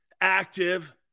active